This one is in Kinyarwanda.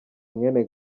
mwene